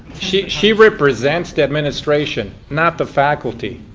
she she represents the administration not the faculty.